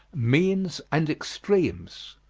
menes and extremes.